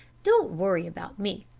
don't worry about me.